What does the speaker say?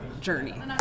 journey